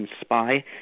spy